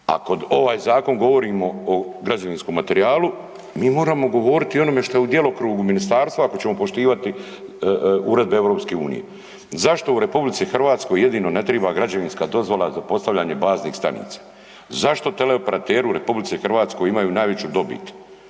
kod ovaj zakon govorimo o građevinskom materijalu, mi moramo govoriti i o onome što je u djelokrugu ministarstva ako ćemo poštivati uredbe EU. Zašto u RH jedino ne triba građevinska dozvola za postavljenje stanica? Zašto teleoperateri u RH imaju najveću dobit,